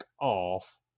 off